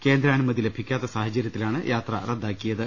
കേന്ദ്രാനുമതി ലഭിക്കാത്ത സാഹചര്യത്തിലാണ് യാത്ര റദ്ദാക്കിയത്